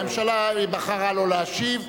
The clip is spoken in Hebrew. הממשלה בחרה שלא להשיב.